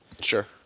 Sure